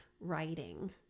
writing